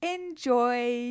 Enjoy